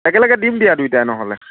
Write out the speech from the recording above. একেলগে দিম দিয়া দুইটাই নহ'লে